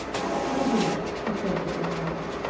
why, anthony, she said with annoyance,